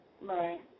Right